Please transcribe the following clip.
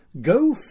go